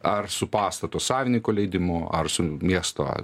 ar su pastato savininko leidimu ar su miesto